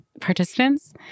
participants